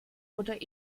oder